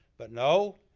but no,